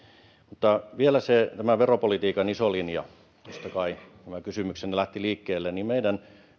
mutta vielä tämä veropolitiikan iso linja josta kai tämä kysymyksenne lähti liikkeelle meidän